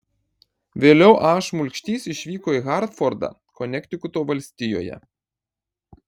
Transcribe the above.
vėliau a šmulkštys išvyko į hartfordą konektikuto valstijoje